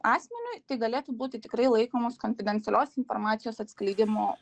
asmeniui tai galėtų būti tikrai laikomas konfidencialios informacijos atskleidimo